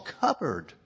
covered